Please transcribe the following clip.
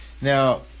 Now